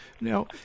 Now